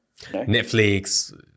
Netflix